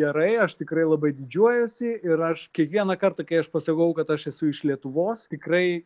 gerai aš tikrai labai didžiuojuosi ir aš kiekvieną kartą kai aš pasakau kad aš esu iš lietuvos tikrai